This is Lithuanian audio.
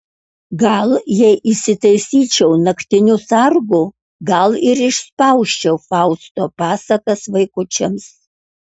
gal jei įsitaisyčiau naktiniu sargu gal ir išspausčiau fausto pasakas vaikučiams